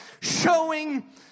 showing